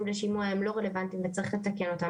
בשימוע הם לא רלוונטיים וצריך לתקן אותם,